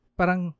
parang